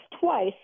twice